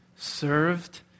served